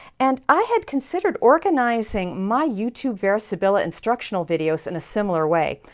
and i had considered organizing my youtube vera sibilla instructional videos in a similar way,